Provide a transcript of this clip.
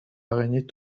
araignées